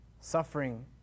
Suffering